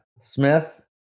Smith